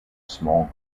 small